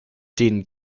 den